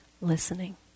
listening